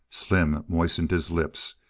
slim moistened his lips.